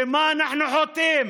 במה אנחנו חוטאים?